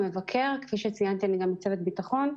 כפי שציינתי, אני גם מצוות ביטחון,